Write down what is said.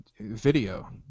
Video